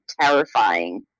terrifying